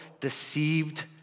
deceived